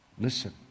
Listen